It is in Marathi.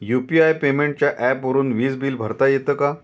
यु.पी.आय पेमेंटच्या ऍपवरुन वीज बिल भरता येते का?